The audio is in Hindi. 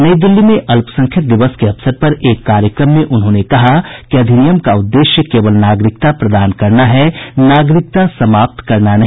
नई दिल्ली में अल्पसंख्यक दिवस के अवसर पर एक कार्यक्रम में उन्होंने स्पष्ट किया कि अधिनियम का उद्देश्य केवल नागरिकता प्रदान करना है नागरिकता समाप्त करना नहीं